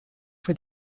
for